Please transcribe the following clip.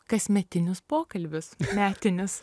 kasmetinius pokalbius metinius